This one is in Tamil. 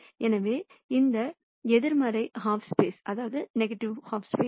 எனவே இது எதிர்மறை ஹாஃப் ஸ்பேஸ்